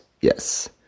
yes